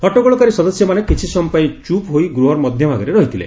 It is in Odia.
ହଟଗୋଳକାରୀ ସଦସ୍ୟ ମାନେ କିଛି ସମୟ ପାଇଁ ଚୁପ ହୋଇ ଗୂହର ମଧ୍ୟ ଭାଗରେ ରହିଥିଲେ